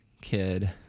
kid